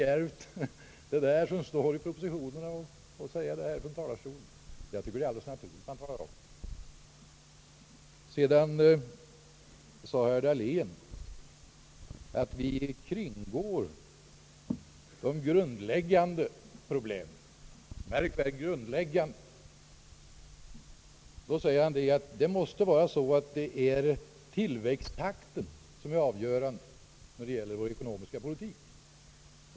Ja, är det djärvt att här från talarstolen säga detsamma som står i propositionen? Jag finner det alldeles naturligt att man talar om den saken. Herr Dahlén påstod att vi kringgår de grundläggande problemen, märk väl: grundläggande. Tillväxttakten måste vara avgörande för vår ekonomiska politik, sade han.